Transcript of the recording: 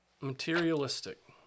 materialistic